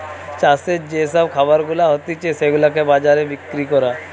চাষের যে সব খাবার গুলা হতিছে সেগুলাকে বাজারে বিক্রি করা